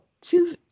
two